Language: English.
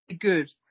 good